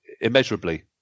immeasurably